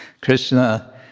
Krishna